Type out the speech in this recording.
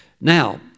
Now